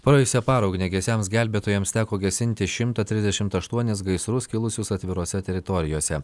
praėjusią parą ugniagesiams gelbėtojams teko gesinti šimtą trisdešimt aštuonis gaisrus kilusius atvirose teritorijose